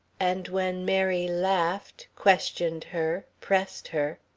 and when mary laughed, questioned her, pressed her,